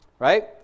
Right